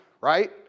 right